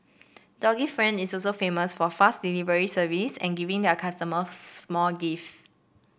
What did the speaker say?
doggy friend is also famous for fast delivery service and giving their customers small gifts